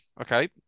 okay